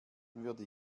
würde